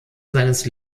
seines